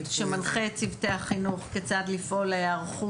שמנחה את צוותי החינוך כיצד לפעול להיערכות,